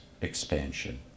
expansion